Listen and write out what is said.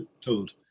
told